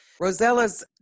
Rosella's